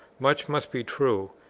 much must be true,